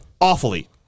awfully